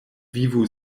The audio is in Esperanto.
vivu